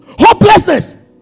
Hopelessness